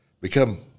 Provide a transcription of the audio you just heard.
become